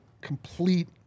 complete